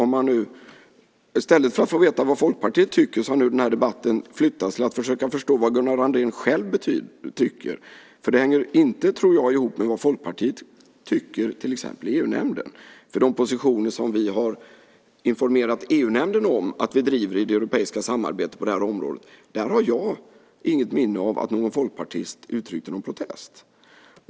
I stället för att låta oss få veta vad Folkpartiet tycker har debatten nu flyttats till att vi måste försöka förstå vad Gunnar Andrén själv tycker. Jag tror inte att det hänger ihop med vad Folkpartiet tycker, till exempel i EU-nämnden. När det gäller de positioner som vi har informerat EU-nämnden om att vi driver i det europeiska samarbetet på det här området har jag inget minne av att någon folkpartist uttryckte någon protest.